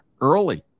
early